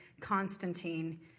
Constantine